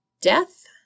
death